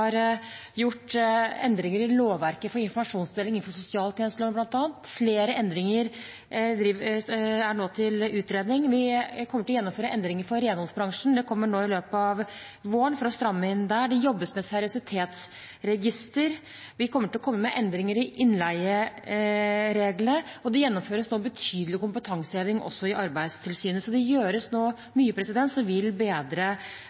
gjort endringer i lovverket for informasjonsdeling innenfor bl.a sosialtjenesteloven. Flere endringer er nå til utredning. Vi kommer til å gjennomføre endringer for renholdsbransjen – det kommer nå i løpet av våren – for å stramme inn der. Det jobbes med et seriøsitetsregister. Vi kommer til å komme med endringer i innleiereglene, og det gjennomføres nå betydelig kompetanseheving også i Arbeidstilsynet. Det gjøres nå mye som vil bedre